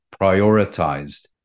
prioritized